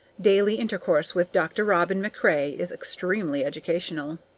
daily intercourse with dr. robin macrae is extremely educational.